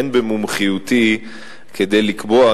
אין במומחיותי כדי לקבוע,